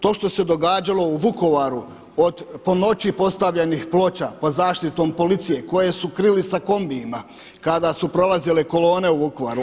To što se događalo u Vukovaru od po noći postavljenih ploča pod zaštitom policije koje su krili sa kombijima kada su prolazile kolone u Vukovaru.